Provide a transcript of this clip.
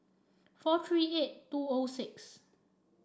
four three eight two O six